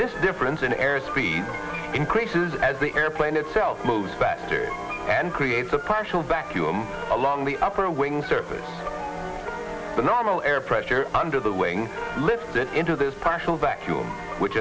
this difference in air speed increases as the airplane itself moves faster and creates a partial vacuum along the upper wing surface the normal air pressure under the wing lifted into this partial vacuum which